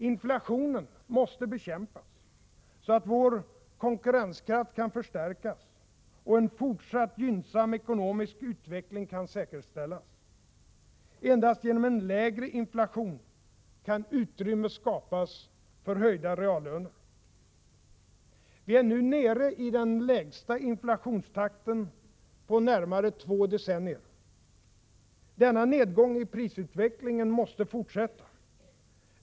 Inflationen måste bekämpas, så att vår konkurrenskraft kan förstärkas och en fortsatt gynnsam ekonomisk utveckling kan säkerställas. Endast genom en lägre inflation kan utrymme skapas för höjda reallöner. Vi är nu nere i den lägsta inflationstakten på närmare två decennier. Denna nedgång i prisutvecklingen måste fortsätta.